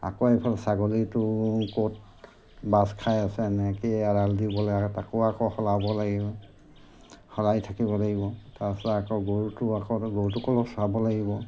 আকৌ এইফালে ছাগলীটো ক'ত বাঁহ খাই আছে এনেকৈ এৰাল দিব লাগে তাকো আকৌ সলাব লাগিব সলাই থাকিব লাগিব তাৰপিছত আকৌ গৰুটো আকৌ গৰুটোকো অলপ চাব লাগিব